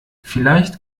vielleicht